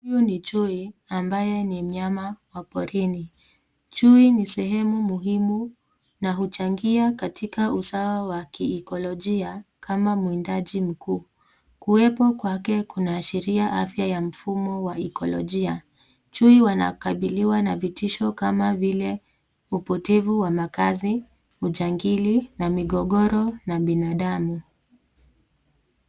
Huyu ni chui, ambaye ni mnyama wa porini. Chui ni sehemu muhimu, na huchangia katika usawa wa kiikolojia, kama mwindaji mkuu. Kuwepo kwake kunaashiria afya ya mfumo wa ikolojia. Chui wanakabiliwa na vitisho kama vile upotevu wa makazi, ujangili, na migogoro na binadamu.